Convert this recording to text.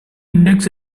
index